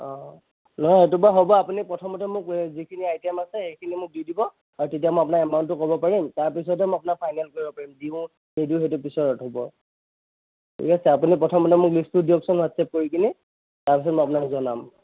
অঁ নহয় সেইটো বাৰু হ'ব আপুনি প্ৰথমতে মোক যিখিনি আইটেম আছে সেইখিনি মোক দি দিব আৰু তেতিয়া মই আপোনাক এমাউন্টটো ক'ব পাৰিম তাৰ পিছতহে মই আপোনাক ফাইনেল কৰিব পাৰিম যি হয় সেইটো সেইটো পিছত হ'ব ঠিক আছে আপুনি প্ৰথমতে মোক লিষ্টটো দিয়কচোন হোৱাটচএপ কৰি কিনি তাৰ পিছত মই আপোনাক জনাম